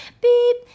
beep